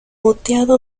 moteado